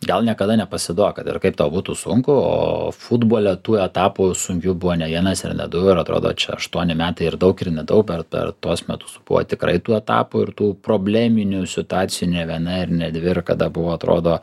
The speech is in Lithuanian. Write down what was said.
gal niekada nepasiduok kad ir kaip tau būtų sunku o futbole tų etapų sunkių buvo ne vienas ir ne du ir atrodo čia aštuoni metai ir daug ir nedaug per per tuos metus buvo tikrai tų etapų ir tų probleminių situacijų ne viena ir ne dvi ir kada buvo atrodo